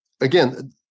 again